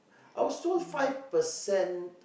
also five percent